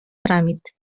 tràmit